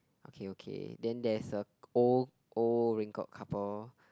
okay okay then there is a old old record couple